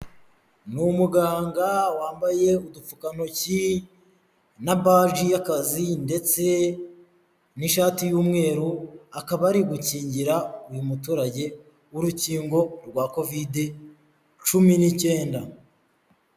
N'umuganga wambaye udupfukantoki na baji y'akazi, ndetse n'ishati y'umweru, akaba ari gukingira uyu muturage urukingo rwa Covid 19.